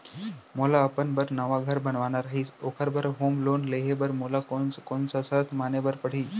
मोला अपन बर नवा घर बनवाना रहिस ओखर बर होम लोन लेहे बर मोला कोन कोन सा शर्त माने बर पड़ही?